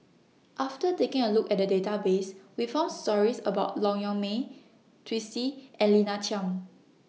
after taking A Look At The Database We found stories about Long Yong May Twisstii and Lina Chiam